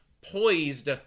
poised